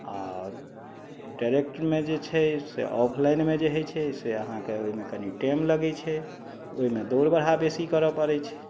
आर डाइरेक्टमे जे छै से ऑफलाइनमे जे होइ छै से अहाँके ओहिमे कनि टाइम लगै छै ओहिमे दौड़ बढ़ा बेसी करऽ पड़ै छै